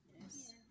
Yes